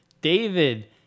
David